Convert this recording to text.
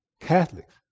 Catholics